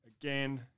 again